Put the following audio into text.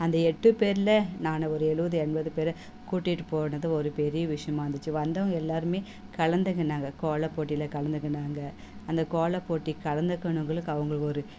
அந்த எட்டு பேரில் நானு ஒரு எழுவது எண்பது பேரை கூட்டிகிட்டு போனது ஒரு பெரிய விஷயமாக இருந்துச்சு வந்தவங்க எல்லோருமே கலந்துக்கினாங்க கோலம் போட்டியில் கலந்துக்குனாங்க அந்த கோல போட்டி கலந்துக்கனவுங்களுக்கு அவங்களுக்கு ஒரு